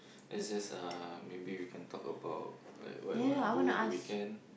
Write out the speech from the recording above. let's just uh maybe we can talk about like what you wanna do in the weekend